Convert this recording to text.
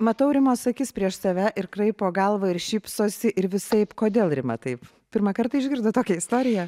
matau rimos akis prieš save ir kraipo galvą ir šypsosi ir visaip kodėl rima taip pirmą kartą išgirdot tokią istoriją